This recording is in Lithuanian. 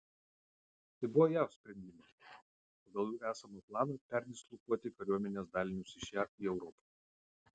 tai buvo jav sprendimas pagal jų esamą planą perdislokuoti kariuomenės dalinius iš jav į europą